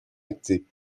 actées